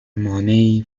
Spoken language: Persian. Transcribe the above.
مانعی